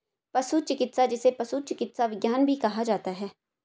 पशु चिकित्सा, जिसे पशु चिकित्सा विज्ञान भी कहा जाता है